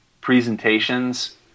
presentations